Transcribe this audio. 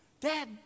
dad